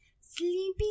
Sleepy